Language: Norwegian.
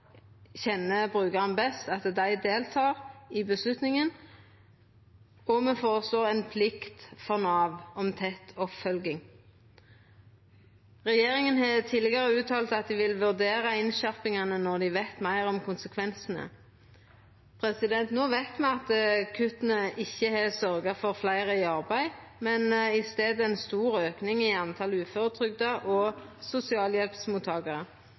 kjenner brukaren best, at dei deltek i avgjerda, og me føreslår ei plikt for Nav til tett oppfølging. Regjeringa har tidlegare uttalt at dei vil vurdera innskjerpingane når dei veit meir om konsekvensane. No veit me at kutta ikkje har sørgt for fleire i arbeid, men i staden ein stor auke i talet på uføretrygda og